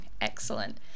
Excellent